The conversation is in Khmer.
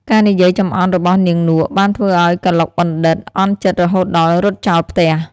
ការនិយាយចំអន់របស់នាងនក់ បានធ្វើឱ្យកឡុកបណ្ឌិត្យ អន់ចិត្តរហូតដល់រត់ចោលផ្ទះ។